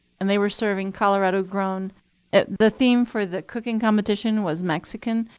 and they were serving colorado grown the theme for the cooking competition was mexican,